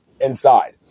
inside